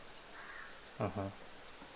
mmhmm